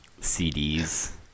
cds